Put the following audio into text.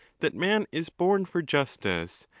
that man is born for justice,